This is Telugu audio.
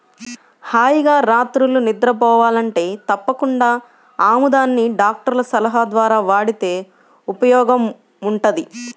హాయిగా రాత్రిళ్ళు నిద్రబోవాలంటే తప్పకుండా ఆముదాన్ని డాక్టర్ల సలహా ద్వారా వాడితే ఉపయోగముంటది